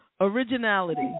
Originality